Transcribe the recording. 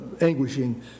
anguishing